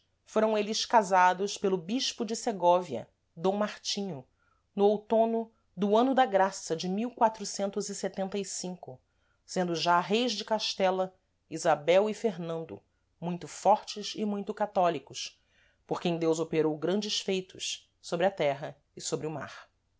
foram eles casados pelo bispo de segóvia d martinho no outono do ano da graça de sendo já reis de castela isabel e fernando muito fortes e muito católicos por quem deus operou grandes feitos sôbre a terra e sôbre o mar